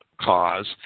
Cause